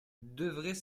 devrait